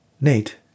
Nate